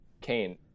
Kane